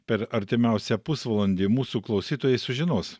per artimiausią pusvalandį mūsų klausytojai sužinos